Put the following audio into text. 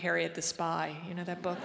harriet the spy you know that book